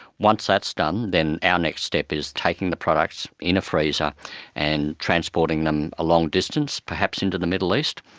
once that's done then our next step is taking the products in a freezer and transporting them a long distance, perhaps into the middle east,